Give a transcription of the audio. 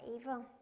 evil